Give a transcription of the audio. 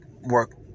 work